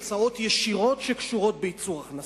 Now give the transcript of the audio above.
הוצאות ישירות שקשורות בייצור הכנסה.